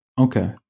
Okay